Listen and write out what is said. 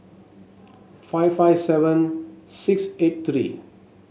five five seven six eight three